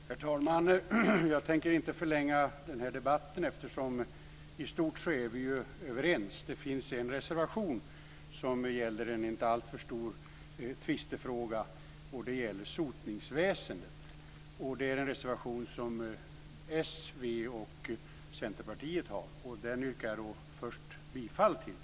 Herr talman! Jag tänker inte förlänga den här debatten, eftersom vi i stort sett är överens. Det finns en reservation som gäller en inte alltför stor tvistefråga, nämligen sotningsväsendet. Det är en reservation som avgivits av Socialdemokraterna, Vänsterpartiet och Centerpartiet. Jag yrkar bifall till den.